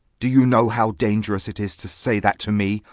do you know how dangerous it is to say that to me?